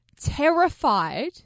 terrified